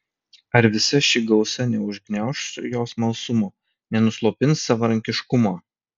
ar visa ši gausa neužgniauš jo smalsumo nenuslopins savarankiškumo